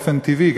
באופן טבעי.